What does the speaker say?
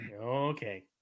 Okay